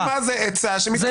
ותראו מה זו עצה שמתקבלת.